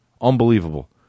Unbelievable